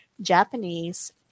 japanese